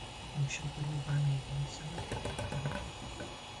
kaip anksčiau turėjau baimę eidama į sceną taip ir tebeturiu